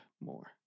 more